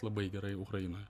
labai gerai ukrainoje